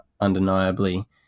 undeniably